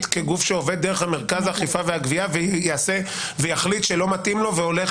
כגוף שעובד דרך מרכז האכיפה והגבייה ויחליט שלא מתאים לו והולך